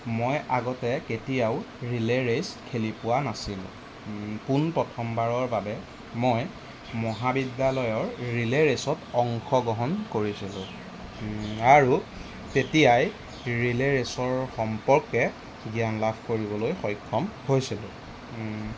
মই আগতে কেতিয়াও ৰিলে ৰেইচ খেলি পোৱা নাছিলোঁ পোনপ্ৰথমবাৰৰ মই মহাবিদ্যালয়ৰ ৰিলে ৰেইচত অংশগ্ৰহণ কৰিছিলোঁ আৰু তেতিয়াই ৰিলে ৰেইচৰ সম্পৰ্কে জ্ঞান লাভ কৰিবলৈ সক্ষম হৈছিলোঁ